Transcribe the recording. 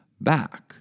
back